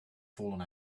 fallen